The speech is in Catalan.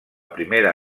primera